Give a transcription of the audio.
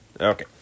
Okay